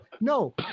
no